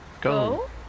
Go